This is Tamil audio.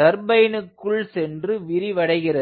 டர்பைனுக்குள் சென்று விரிவடைகிறது